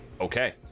Okay